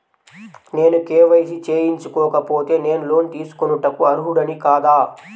నేను కే.వై.సి చేయించుకోకపోతే నేను లోన్ తీసుకొనుటకు అర్హుడని కాదా?